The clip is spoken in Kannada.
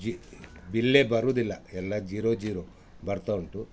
ಜಿ ಬಿಲ್ಲೇ ಬರುವುದಿಲ್ಲ ಎಲ್ಲ ಜೀರೋ ಜೀರೋ ಬರ್ತಾ ಉಂಟು